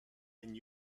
and